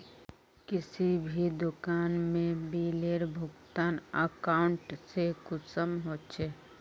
किसी भी दुकान में बिलेर भुगतान अकाउंट से कुंसम होचे?